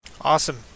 Awesome